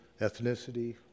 ethnicity